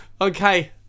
okay